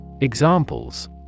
Examples